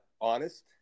honest